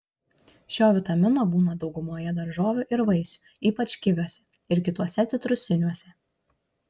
šio vitamino būna daugumoje daržovių ir vaisių ypač kiviuose ir kituose citrusiniuose